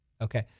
okay